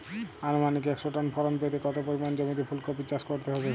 আনুমানিক একশো টন ফলন পেতে কত পরিমাণ জমিতে ফুলকপির চাষ করতে হবে?